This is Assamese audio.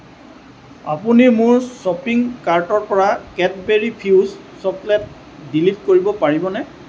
আপুনি মোৰ শ্বপিং কাৰ্টৰ পৰা কেটবেৰী ফিউজ চকলেট ডিলিট কৰিব পাৰিবনে